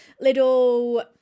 little